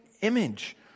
image